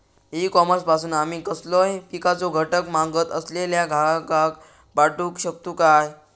E commerce पासून आमी कसलोय पिकाचो घटक मागत असलेल्या ग्राहकाक पाठउक शकतू काय?